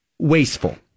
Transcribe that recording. wasteful